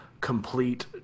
complete